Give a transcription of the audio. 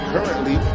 Currently